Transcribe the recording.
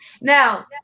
Now